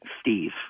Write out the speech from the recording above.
Steve